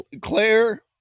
claire